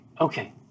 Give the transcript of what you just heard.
Okay